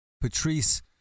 Patrice